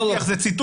דבר איתו.